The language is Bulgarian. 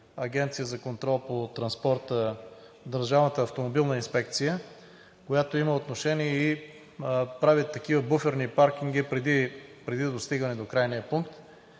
Агенция за контрол по транспорта – Държавната автомобилна инспекция, която има отношение и правят такива буферни паркинги преди достигане до крайния пункт.